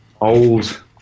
old